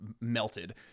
melted